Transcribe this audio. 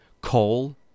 coal